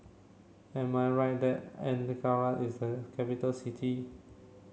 am I right that Ankara is a capital city